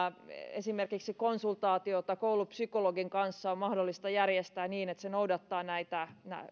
esimerkiksi konsultaatiota koulupsykologin kanssa on mahdollista järjestää niin että se noudattaa näitä